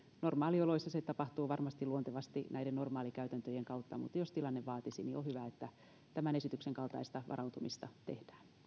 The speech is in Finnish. normaalioloissa se tapahtuu varmasti luontevasti näiden normaalikäytäntöjen kautta mutta jos tilanne muuta vaatisi niin on hyvä että tämän esityksen kaltaista varautumista tehdään